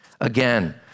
again